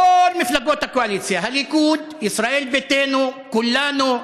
כל מפלגות הקואליציה, הליכוד, ישראל ביתנו, כולנו,